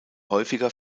häufiger